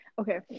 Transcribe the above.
Okay